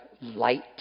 light